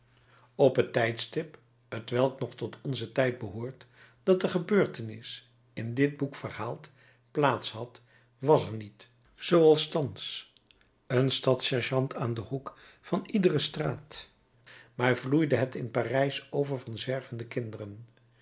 op het tijdstip t welk nog tot onzen tijd behoort dat de gebeurtenis in dit boek verhaald plaats had was er niet zooals thans een stadssergeant aan den hoek van iedere straat maar vloeide het in parijs over van zwervende kinderen